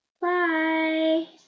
Bye